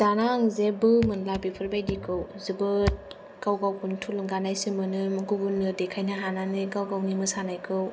दाना आं जेबो मोनला बेफोरबादिखौ जोबोद गाव गावखौनो थुलुंगा नायसो मोनो गुबुननो देखायनो हानानै गाव गावनि मोसानायखौ